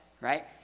right